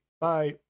Bye